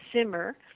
simmer